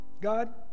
God